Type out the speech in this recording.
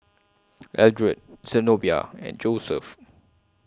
Eldred Zenobia and Joeseph